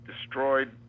destroyed